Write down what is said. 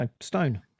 stone